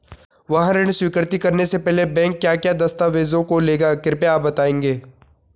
वाहन ऋण स्वीकृति करने से पहले बैंक क्या क्या दस्तावेज़ों को लेगा कृपया आप बताएँगे?